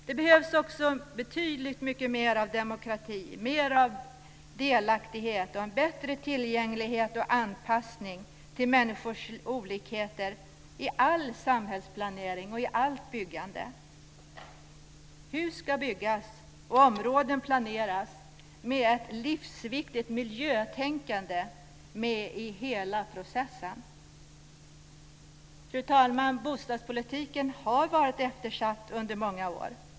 Det behövs betydligt mer demokrati, mer av delaktighet, bättre tillgänglighet och anpassning till människors olikheter i all samhällsplanering och i allt byggande. Hus ska byggas och områden planeras där ett livsviktigt miljötänkande ska finnas med i hela processen. Fru talman! Bostadspolitiken har varit eftersatt under många år.